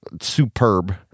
superb